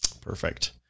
Perfect